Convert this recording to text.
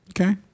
Okay